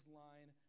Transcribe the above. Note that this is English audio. line